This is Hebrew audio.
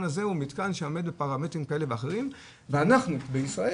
הזה הוא מתקן שעומד בפרמטרים כאלה ואחרים ואנחנו בישראל,